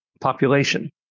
population